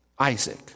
Isaac